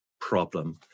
problem